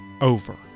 over